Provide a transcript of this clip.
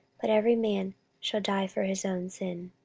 but every man shall die for his own sin.